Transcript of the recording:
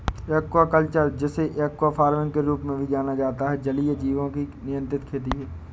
aquaculture, जिसे aqua farming के रूप में भी जाना जाता है, जलीय जीवों की नियंत्रित खेती है